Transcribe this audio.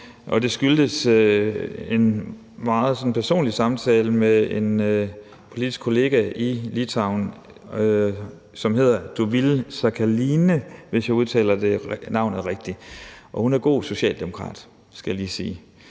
Det skyldes en sådan meget personlig samtale med en politisk kollega i Litauen, som hedder Dovile Sakaliene, hvis jeg udtaler navnet rigtigt. Hun er god socialdemokrat, skal jeg lige sige